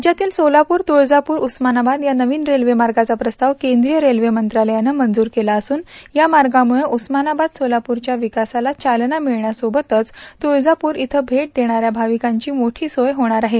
राज्यातील सोलापूर तुळजापूर उस्मानाबाद या नवीन रेल्वे मार्गाचा प्रस्ताव केंद्रीय रेल्वे मंत्रालयानं मंजूर केला असून या मार्गामुळं उस्मानाबाद सोलापूरच्या विकासास चालना मिळण्यासोबतच तुळजापूर इथं भेट देणाऱ्या भाविकांची मोठी सोय होणार आहे